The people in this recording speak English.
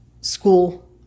school